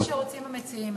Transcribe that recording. מה שרוצים המציעים.